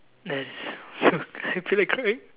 that's so I feel like crying